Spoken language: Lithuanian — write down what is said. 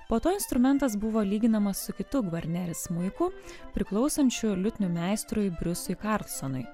po to instrumentas buvo lyginamas su kitu gvarneri smuiku priklausančiu liutnių meistrui briusui karlsonui